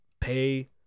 pay